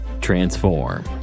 Transform